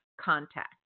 contact